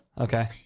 Okay